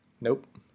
Nope